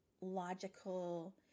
logical